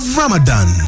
ramadan